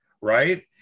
right